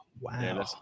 Wow